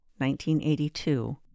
1982